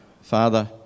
Father